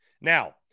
Now